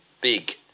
big